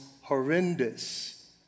horrendous